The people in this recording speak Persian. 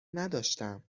نداشتم